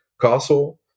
castle